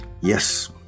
yes